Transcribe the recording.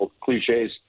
cliches